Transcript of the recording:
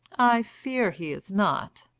i fear he is not,